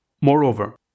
Moreover